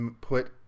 put